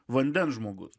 vandens žmogus